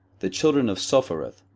the children of sophereth,